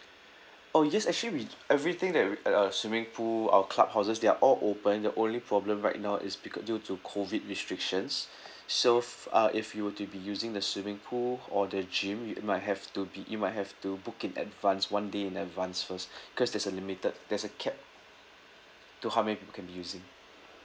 oh yes actually we everything that we uh our swimming pool our club houses they are all open the only problem right now is because due to COVID restrictions so f~ uh if you were to be using the swimming pool or the gym you might have to be you might have to book in advance one day in advance first cause there's a limited there's a cap to how many people can be using